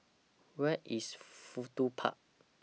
Where IS Fudu Park